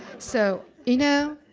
so, you know,